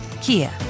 Kia